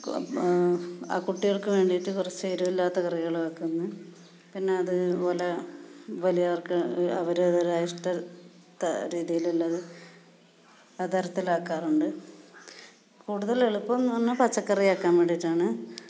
ആ കുട്ടികൾക്ക് വേണ്ടീട്ട് കുറച്ച് എരുവില്ലാത്ത കറികളും ആക്കുന്നു പിന്നെ അതുപോലെ വലിയവർക്ക് അവരവരുടേതായ ഇഷ്ടപ്പെട്ട രീതീലുള്ളതും അത്തരത്തിലാക്കാറുണ്ട് കൂടുതൽ എളുപ്പം എന്ന് പറഞ്ഞാൽ പച്ചക്കറി ആക്കാൻ വേണ്ടീട്ടാണ്